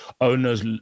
owners